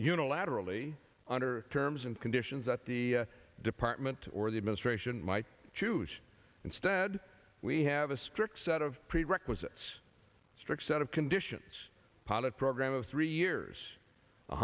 unilaterally under terms and conditions that the department or the administration might choose instead we have a strict set of prerequisites strict set of conditions part of program of three years